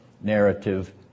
narrative